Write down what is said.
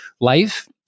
life